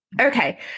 Okay